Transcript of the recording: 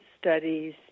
studies